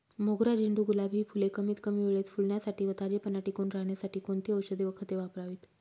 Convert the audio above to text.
मोगरा, झेंडू, गुलाब हि फूले कमीत कमी वेळेत फुलण्यासाठी व ताजेपणा टिकून राहण्यासाठी कोणती औषधे व खते वापरावीत?